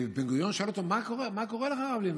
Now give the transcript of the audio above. ובן-גוריון שואל אותו: מה קורה לך, הרב לוין?